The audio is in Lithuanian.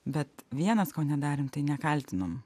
bet vienas ko nedarėm tai nekaltinom